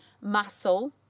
muscle